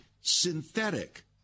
synthetic